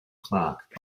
clark